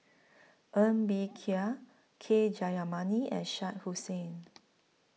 Ng Bee Kia K Jayamani and Shah Hussain